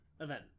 event